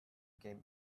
game